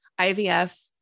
IVF